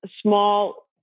small